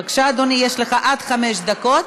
בבקשה, אדוני, יש לך עד חמש דקות.